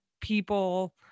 people